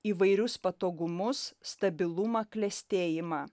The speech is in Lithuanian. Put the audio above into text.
įvairius patogumus stabilumą klestėjimą